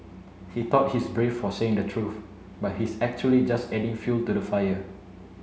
he thought he's brave for saying the truth but he's actually just adding fuel to the fire